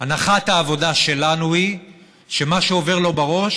הנחת העבודה שלנו היא שמה שעובר לו בראש